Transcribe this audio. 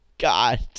God